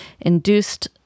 induced